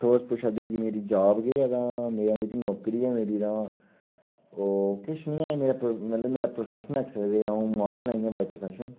तां तुस पुच्छा दे कि मेरी जाब केह् ऐ ते मेरी जेह्की नौकरी ऐ मेरी तां ओह् किश नेईं ऐ मेरा प्र मतलब मेरा प्रोफैशन आक्खी सकदे जां अ'ऊं माड़ल ऐं इ'यां बाई प्रोफेशन